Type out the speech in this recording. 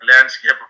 landscape